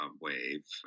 wave